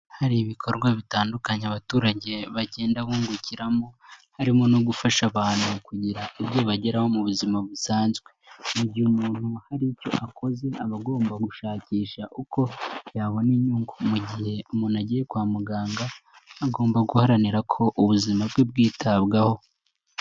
Hari ibikorwa bitandukanye abaturage bagenda bungukiramo, harimo no gufasha abantu kugira ibyo bageraho mu buzima busanzwe. Mu igihe umuntu hari icyo akoze aba agomba gushakisha uko yabona inyungu. Mu igihe umuntu agiye kwa muganga agomba guharanira ko ubuzima bwe bwitabwaho.